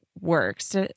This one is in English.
works